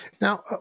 now